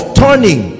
turning